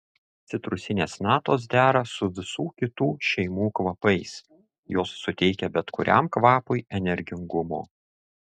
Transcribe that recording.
citrusinės natos dera su visų kitų šeimų kvapais jos suteikia bet kuriam kvapui energingumo